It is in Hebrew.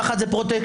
פחד זה פרוטקשן.